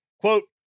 quote